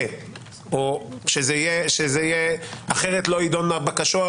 או שאחרת לא יידונו הבקשות.